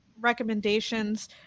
recommendations